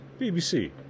BBC